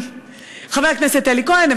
חבר הכנסת אלי כהן,